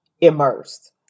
immersed